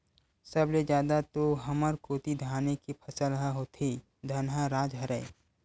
सब ले जादा तो हमर कोती धाने के फसल ह होथे धनहा राज हरय